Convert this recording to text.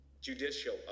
judicial